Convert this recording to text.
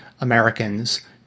Americans